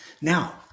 Now